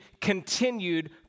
continued